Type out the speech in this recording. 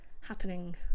happening